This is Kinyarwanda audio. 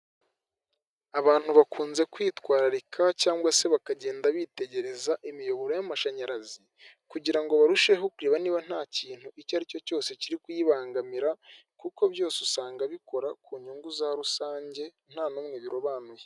Abantu bakunze kwitwararika cyangwa se bakagenda bitegereza imiyoboro y'amashanyarazi kugira ngo barusheho kureba niba nta kintu icyo ari cyo cyose kiri kuyibangamira kuko byose usanga bikora ku nyungu za rusange n'umwe birobanuye.